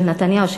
של נתניהו,